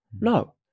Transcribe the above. No